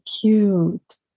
cute